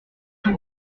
tout